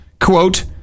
Quote